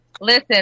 Listen